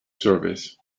service